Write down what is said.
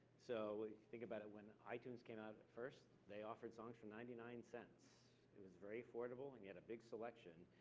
so, if you think about it, when itunes came out at first, they offered songs for ninety nine cents. it was very affordable, and you had a big selection.